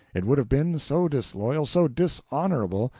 it would have been so disloyal, so dishonorable,